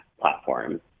platform